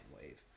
wave